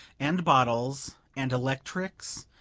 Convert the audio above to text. and bottles, and electrics,